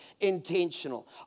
intentional